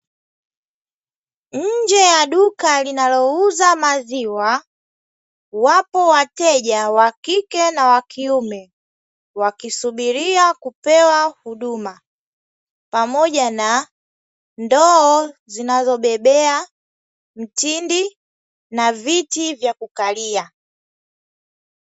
Nje ya duka linalouza maziwa wapo wateja, wa kike na wa kiume, wakisubiria kupewa huduma, pamoja na ndoo zinazobebea mtindi na viti vya kukalia.